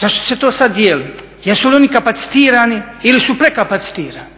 Zašto se to sada dijeli? Jesu li oni kapacitirani ili su prekapacitirani?